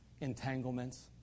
entanglements